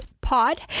pod